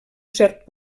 cert